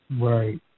Right